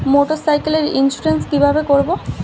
মোটরসাইকেলের ইন্সুরেন্স কিভাবে করব?